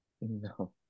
No